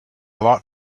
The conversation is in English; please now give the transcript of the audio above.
lot